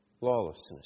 Lawlessness